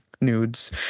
nudes